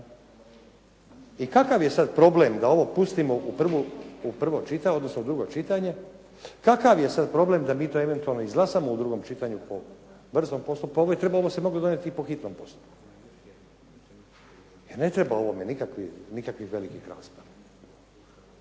I kakav je sad problem da ovo pustimo u prvo čitanje odnosno drugo čitanje? Kakav je sad problem da mi to eventualno izglasamo u drugom čitanju po brzom postupku. Ovo se moglo donijeti i po hitnom postupku jer ne treba ovome nikakvih velikih rasprava.